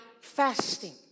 fasting